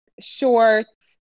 shorts